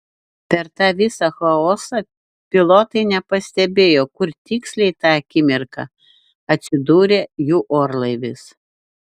per tą visą chaosą pilotai nepastebėjo kur tiksliai tą akimirką atsidūrė jų orlaivis